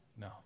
No